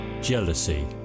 Jealousy